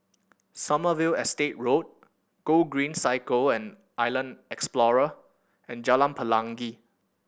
Sommerville Estate Road Gogreen Cycle and Island Explorer and Jalan Pelangi